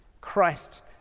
Christ